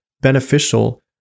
beneficial